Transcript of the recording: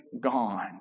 gone